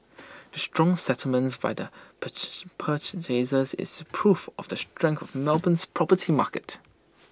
the strong settlements by the is proof of the strength of Melbourne's property market